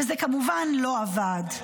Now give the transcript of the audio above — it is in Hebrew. וזה כמובן לא עבד.